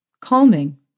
Calming